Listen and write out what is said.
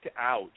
out